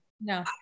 No